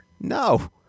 No